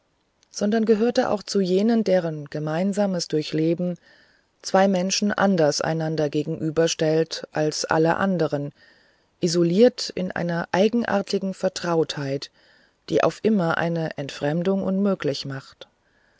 sondern gehörte auch zu jenen deren gemeinsames durchleben zwei menschen anders einander gegenüberstellt als allen andern isoliert in einer eigenartigen vertrautheit die auf immer eine entfremdung unmöglich macht